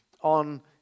on